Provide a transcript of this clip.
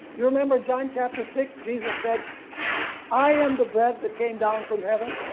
you remember john chapter six jesus said i am the bread that came down from heaven.